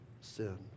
sin